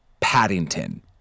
Paddington